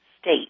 state